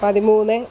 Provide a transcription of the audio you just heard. പതിമൂന്ന്